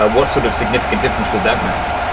ah what sort of significant difference would that make?